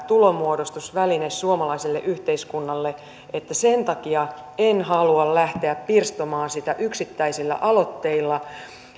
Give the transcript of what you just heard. tulonmuodostusväline suomalaiselle yhteiskunnalle että sen takia en halua lähteä pirstomaan sitä yksittäisillä aloitteilla